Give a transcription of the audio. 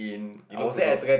it look also